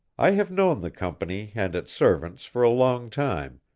i have known the company and its servants for a long time,